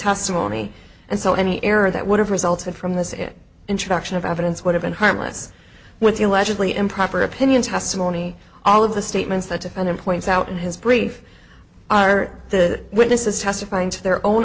testimony and so any error that would have resulted from this it introduction of evidence would have been harmless with the allegedly improper opinion testimony all of the statements that and then points out in his brief are the witnesses testifying to their own